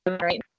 right